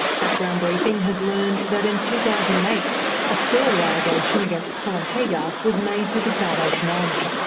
background briefing has learned that in two thousand and eight a further allegation against colin haggar was made to the salvation army,